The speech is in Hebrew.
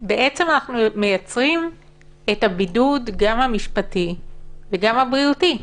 אנחנו מייצרים את הבידוד גם המשפטי וגם הבריאותי,